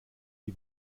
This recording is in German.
sie